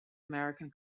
american